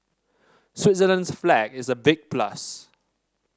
Switzerland's flag is a big plus